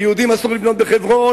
ליהודים אסור לבנות בחברון,